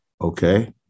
Okay